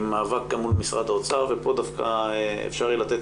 מאבק גם מול משרד האוצר ופה דווקא אפשר יהיה לתת